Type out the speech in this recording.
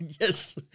yes